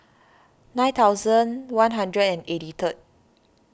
nine thousand one hundred eighty third